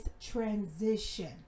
transition